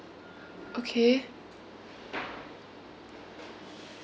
okay